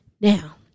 now